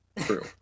True